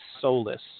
soulless